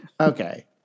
Okay